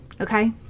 okay